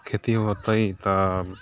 खेती होतै तऽ